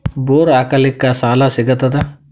Bore ಹಾಕಲಿಕ್ಕ ಸಾಲ ಸಿಗತದ?